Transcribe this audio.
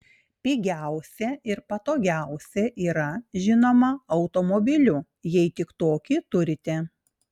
pigiausia ir patogiausia yra žinoma automobiliu jei tik tokį turite